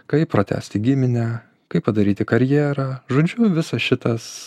kaip pratęsti giminę kaip padaryti karjerą žodžiu visas šitas